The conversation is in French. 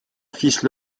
fils